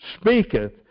speaketh